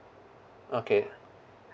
okay